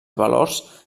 valors